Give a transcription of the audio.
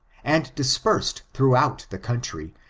and dispersed throughout the country,